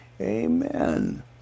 Amen